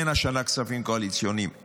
אין השנה כספים קואליציוניים,